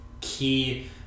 key